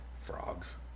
Frogs